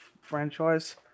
franchise